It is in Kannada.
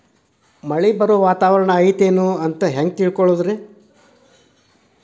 ಮಳೆ ಬರುವ ವಾತಾವರಣ ಐತೇನು ಅಂತ ಹೆಂಗ್ ತಿಳುಕೊಳ್ಳೋದು ರಿ?